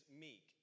meek